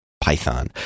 Python